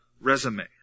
resume